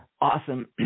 Awesome